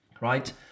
Right